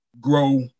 Grow